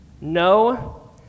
no